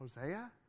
Hosea